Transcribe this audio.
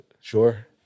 Sure